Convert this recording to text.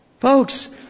Folks